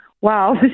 wow